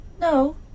no